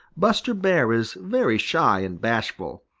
buster bear is very shy and bashful,